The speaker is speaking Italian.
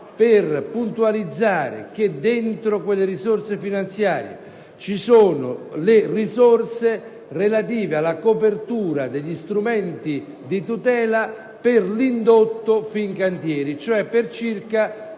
per puntualizzare che all'interno di quelle risorse finanziarie ci sono i fondi relativi alla copertura degli strumenti di tutela per l'indotto Fincantieri, cioè per circa